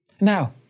Now